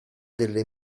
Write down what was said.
delle